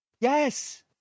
yes